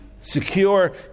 Secure